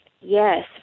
yes